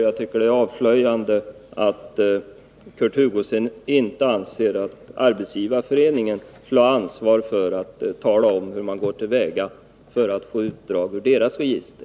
Jag tycker det är avslöjande att Kurt Hugosson inte anser att Arbetsgivareföreningen skulle ha ansvar för att tala om hur man går till väga för att få utdrag ur deras register.